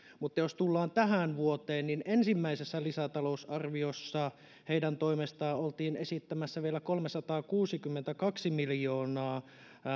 mutta jos tullaan tähän vuoteen niin ensimmäisessä lisätalousarviossa heidän toimestaan oltiin esittämässä vielä kolmesataakuusikymmentäkaksi miljoonaa